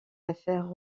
affaires